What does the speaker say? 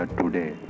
today